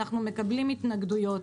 אנחנו מקבלים התנגדויות.